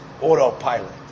autopilot